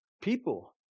people